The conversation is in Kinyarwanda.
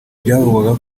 byavugwaga